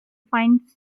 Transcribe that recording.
finds